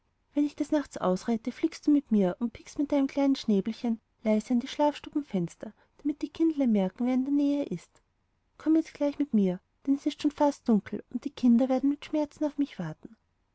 wenn ich des nachts ausreite fliegst du mit mir und pickst mit deinem kleinen schnäblein leise an die schlafstubenfenster damit die kindlein merken wer in der nähe ist komm jetzt gleich mit mir denn es ist schon fast ganz dunkel und die kinder werden mit schmerzen auf mich warten